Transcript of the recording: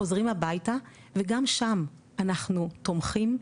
חוזרים הביתה וגם שם אנחנו תומכים,